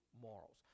morals